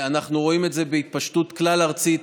אנחנו רואים את זה בהתפשטות כלל-ארצית,